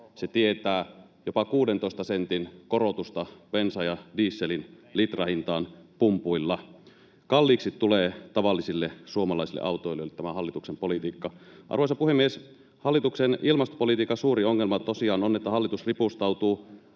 se tietää jopa 16 sentin korotusta bensan ja dieselin litrahintaan pumpuilla. Kalliiksi tulee tavallisille suomalaisille autoilijoille tämä hallituksen politiikka. Arvoisa puhemies! Hallituksen ilmastopolitiikan suuri ongelma tosiaan on, että hallitus ripustautuu